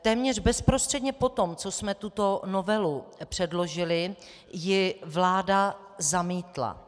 Téměř bezprostředně po tom, co jsme tuto novelu předložili, ji vláda zamítla.